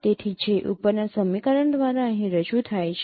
તેથી જે ઉપરના સમીકરણ દ્વારા અહીં રજૂ થાય છે